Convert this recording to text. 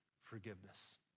forgiveness